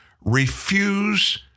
refuse